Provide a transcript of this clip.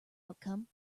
outcome